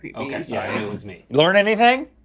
yeah okay yeah it was me. learn anything?